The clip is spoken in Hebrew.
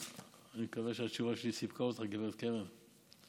ואני מקווה שהתשובה שלי סיפקה אותך, גב' קרן ברק.